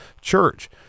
church